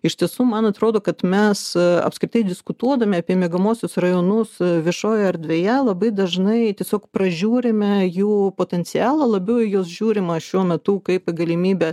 iš tiesų man atrodo kad mes apskritai diskutuodami apie miegamuosius rajonus viešojoj erdvėje labai dažnai tiesiog pražiūrime jų potencialą labiau į juos žiūrima šiuo metu kaip į galimybę